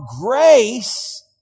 grace